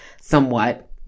somewhat